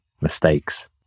mistakes